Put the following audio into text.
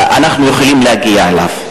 אנחנו יכולים להגיע אליהם.